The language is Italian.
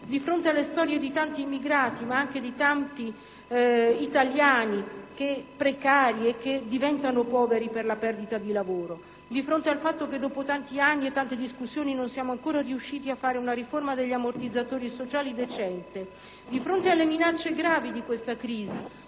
di fronte alle storie di tanti immigrati, ma anche di tanti italiani precari che diventano poveri per la perdita di lavoro, di fronte al fatto che dopo tanti anni e tante discussioni non siamo ancora riusciti a fare una riforma degli ammortizzatori sociali decente, di fronte alle minacce gravi di questa crisi,